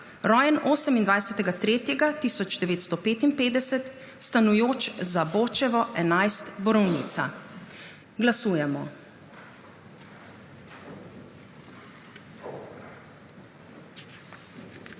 rojen 28. 3. 1955, stanujoč Zabočevo 11, Borovnica. Glasujemo.